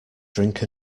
drink